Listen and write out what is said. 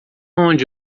onde